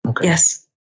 Yes